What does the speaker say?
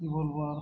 কী বলবো আর